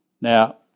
Now